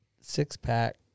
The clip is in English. six-pack